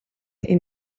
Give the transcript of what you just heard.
est